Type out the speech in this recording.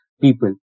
people